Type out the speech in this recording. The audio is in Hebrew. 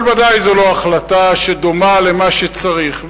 אבל בוודאי זאת לא החלטה שדומה למה שצריך.